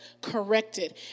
corrected